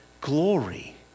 glory